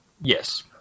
Yes